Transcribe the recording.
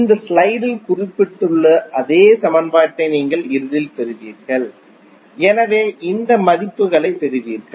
இந்த ஸ்லைடில் குறிப்பிடப்பட்டுள்ள அதே சமன்பாட்டை நீங்கள் இறுதியில் பெறுவீர்கள் எனவே இந்த மதிப்புகளைப் பெறுவீர்கள்